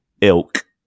ilk